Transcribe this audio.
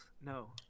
No